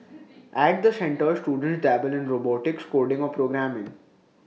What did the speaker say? at the centres students dabble in robotics coding or programming